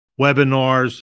webinars